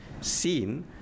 seen